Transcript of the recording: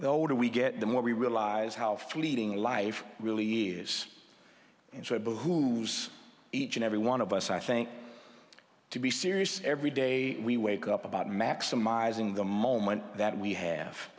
the older we get the more we realize how fleeting life really years and so it behooves each and every one of us i think to be serious every day we wake up about maximizing the moment that we have